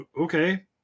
Okay